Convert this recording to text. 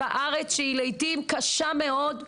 בארץ שהיא לעיתים קשה מאוד,